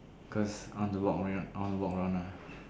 because I want to walk away I want walk around lah